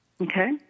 Okay